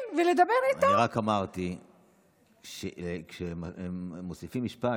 אני רק אמרתי שכשמוסיפים משפט,